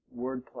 wordplay